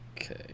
Okay